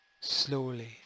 slowly